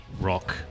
rock